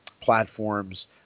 platforms